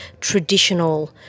traditional